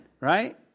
right